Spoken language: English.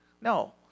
no